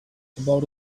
about